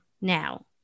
now